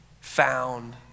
found